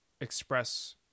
express